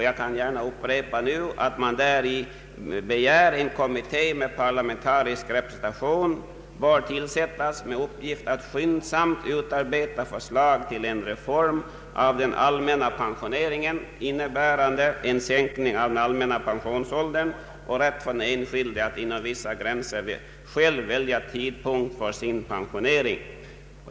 Jag kan nu gärna upprepa att i motionen begärs ”att en kommitté med parlamentarisk representation tillsättes med uppgift att skyndsamt utarbeta förslag till en reform av den allmänna pensioneringen, innebärande sänkt pensionsålder samt rätt för den enskilde att inom vissa gränser själv välja tidpunkt för sin pensionering”.